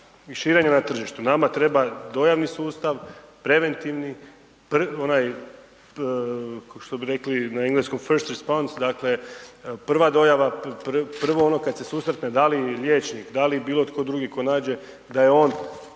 i širenje na tržištu, nama treba dojavni sustav, preventivni, onaj što bi rekli na engleskom, …/Govornik se ne razumije./… dakle, prva dojava, prvo ono kada se susretne, da li liječnik, da li bilo tko drugi, ko nađe da je on